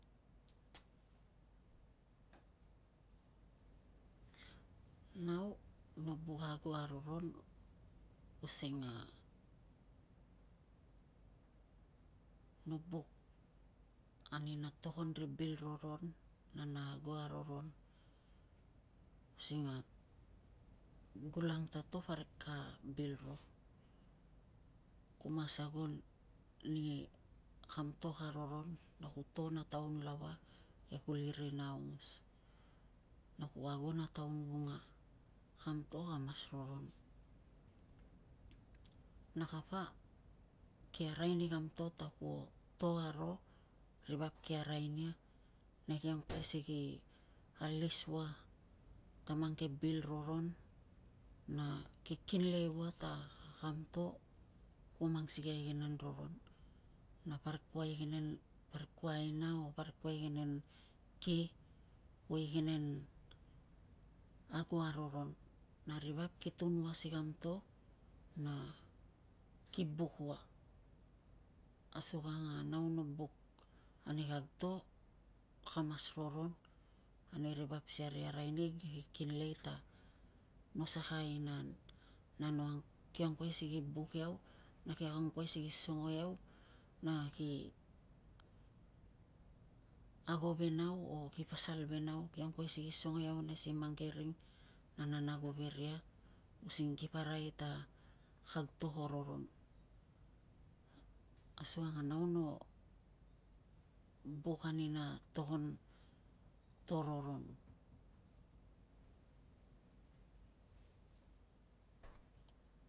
Nau no buk ago aroron using a no buk ani na togon ri bil roron na na ago aroron using a gulang ta to parik ka bil ro. Ku mas ago ni kam to ka roron na ku to na taun lava e kuli rina aongos. Na ku ago na taun vunga kam to kamas roron. Na kapa ki ararai ni kam t ta kuo to aro ri vap ki arai nia na ki angkuai si ki alis ua ta mang keve bil roron na ki kinlei ua ta kam to kuo mang sikei a igenen roron. Na parik kua igenen o parik kua aina o parik kua igenen ki, kua igenen agao a roron na ri vap ki tuun a si kam to na ki buk ua asukangg a nau no buk ani kag to ka mas roron ani ri vap si kari arai nig na ki kinlei ta no saka aina an na ki angkuai si ki buk iau, na ki angkuai si ki songo iau na ki ago ve nau, o ki pasal ve nau. Ki angkuai si ki songo iau ane si mang ke ring an nan ago ve ria using ki pa arai ta kag to ko roron, asukang a nau no buk ani na togon to roron.